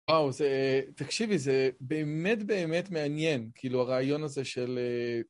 וואו, תקשיבי, זה באמת באמת מעניין, כאילו הרעיון הזה של...